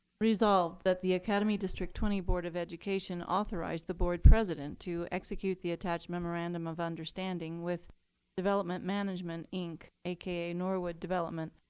resolved, that the academy district twenty board of education authorized the board president to execute the attached memorandum of understanding with development management, inc, a k norwood development,